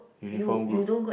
uniform group